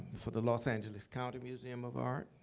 for the los angeles county museum of art,